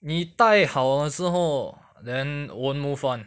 你戴好完之后 then won't move [one]